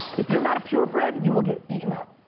if you're not a purebred, you will get eaten up.